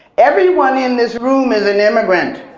everyone in this room is an immigrant.